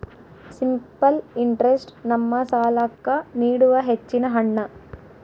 simple interest ನಮ್ಮ ಸಾಲ್ಲಾಕ್ಕ ನೀಡುವ ಹೆಚ್ಚಿನ ಹಣ್ಣ